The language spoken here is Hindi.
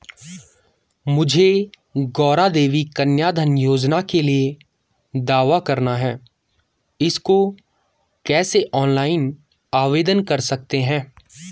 मुझे गौरा देवी कन्या धन योजना के लिए दावा करना है इसको कैसे ऑनलाइन आवेदन कर सकते हैं?